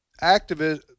activist